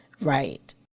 right